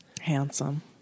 Handsome